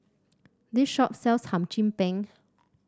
this shop sells Hum Chim Peng